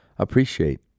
appreciate